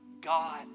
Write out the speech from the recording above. God